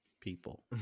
people